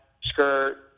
skirt